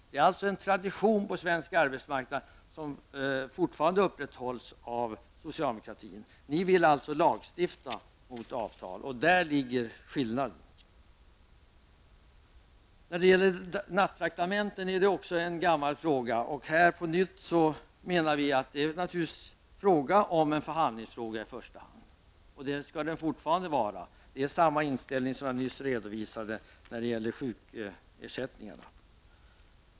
Det är en tradition på svensk arbetsmarknad som fortfarande upprätthålls av socialdemokratin. Ni vill alltså lagstifta mot avtal. Däri ligger skillnaden. Nattraktamentena är också en gammal fråga. På nytt menar vi att det i första hand är en förhandlingsfråga, och skall vara det i fortsättningen. Det är samma inställning som jag nyss redovisade när det gäller sjukersättningarna.